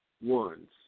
ones